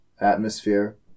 atmosphere